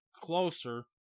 closer